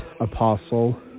apostle